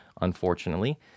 unfortunately